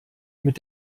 mit